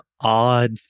odd